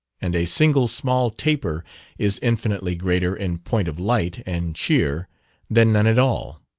and a single small taper is infinitely greater in point of light and cheer than none at all.